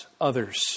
others